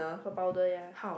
for powder ya